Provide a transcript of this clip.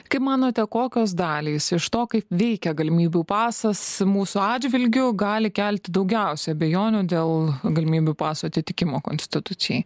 kaip manote kokios dalys iš to kaip veikia galimybių pasas mūsų atžvilgiu gali kelti daugiausiai abejonių dėl galimybių paso atitikimo konstitucijai